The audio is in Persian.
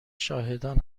شاهدان